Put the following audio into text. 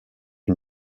une